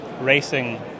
racing